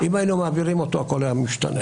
אם היינו מעבירים אותו, הכול היה משתנה.